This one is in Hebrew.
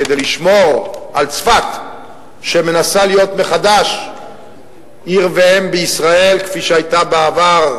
כדי לשמור על צפת שמנסה להיות מחדש עיר ואם בישראל כפי שהיתה בעבר,